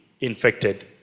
infected